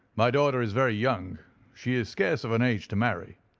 my daughter is very young she is scarce of an age to marry.